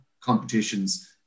competitions